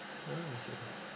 ah I see